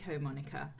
moniker